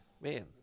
man